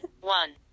one